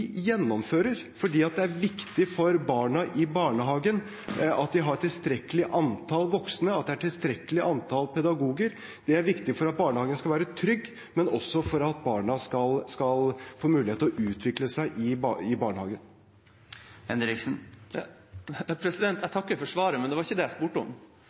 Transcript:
gjennomfører fordi det er viktig for barna i barnehagen at de har et tilstrekkelig antall voksne, at det er et tilstrekkelig antall pedagoger. Det er viktig for at barnehagen skal være trygg, men også for at barna skal få mulighet til å utvikle seg i barnehagen. Jeg takker for svaret, men det var ikke det jeg spurte om.